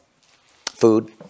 food